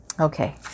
Okay